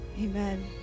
Amen